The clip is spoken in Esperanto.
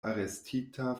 arestita